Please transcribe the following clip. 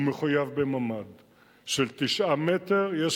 הוא מחויב בממ"ד של 9 מטרים רבועים.